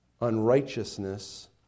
Unrighteousness